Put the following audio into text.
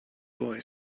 boy